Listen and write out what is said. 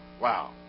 Wow